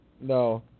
no